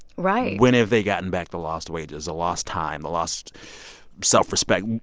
right when have they gotten back the lost wages, the lost time, the lost self-respect?